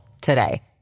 today